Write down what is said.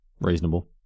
Reasonable